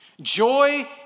Joy